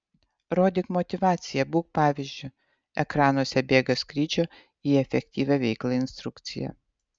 rodyk motyvaciją būk pavyzdžiu ekranuose bėga skrydžio į efektyvią veiklą instrukcija